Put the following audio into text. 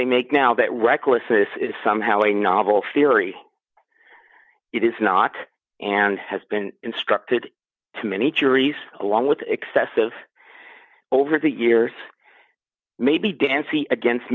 they make now that recklessness is somehow a novel theory it is not and has been instructed to many juries along with excessive over the years maybe dancey against